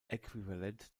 äquivalent